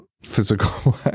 physical